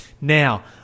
now